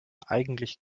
eigentlich